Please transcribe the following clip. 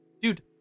dude